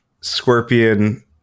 scorpion